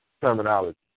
terminology